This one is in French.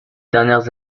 dernières